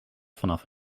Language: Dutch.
vanaf